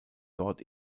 dort